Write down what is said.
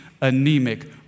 anemic